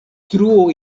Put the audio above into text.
truo